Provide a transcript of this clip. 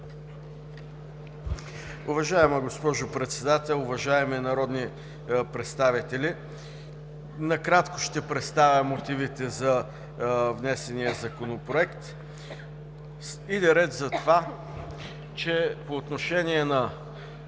Уважаема госпожо Председател, уважаеми народни представители! Накратко ще представя мотивите за внесения законопроект. Иде реч за това, че по отношение на